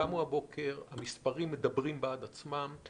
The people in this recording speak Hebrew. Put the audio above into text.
המספרים מדברים בעד עצמם.